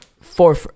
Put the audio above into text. four